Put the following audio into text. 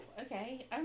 Okay